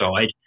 side